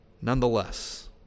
nonetheless